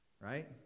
right